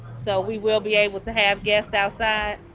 so we will be able to have guests outside.